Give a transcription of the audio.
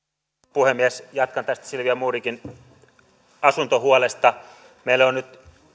puhemies jatkan tästä silvia modigin asuntohuolesta meille on nyt